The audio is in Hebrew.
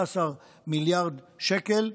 15 מיליארד שקל.